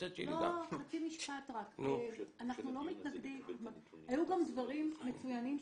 מצד אחד אנחנו מתקצבים בדלת הזו תקצוב דיפרנציאלי,